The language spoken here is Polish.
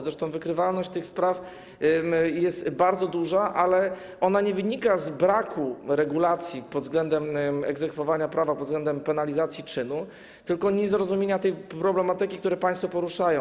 Zresztą wykrywalność tych spraw jest bardzo duża, ale ona nie wynika z braku regulacji pod względem egzekwowania prawa, pod względem penalizacji czynu, tylko z niezrozumienia tej problematyki, którą państwo poruszają.